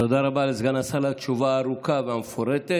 תודה רבה לסגן השר על התשובה הארוכה והמפורטת.